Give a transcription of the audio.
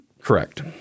correct